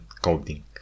coding